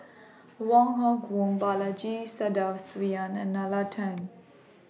Wong Hock Boon Balaji Sadasivan and Nalla Tan